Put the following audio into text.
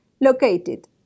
located